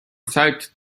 site